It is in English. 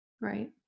Right